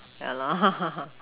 ya lah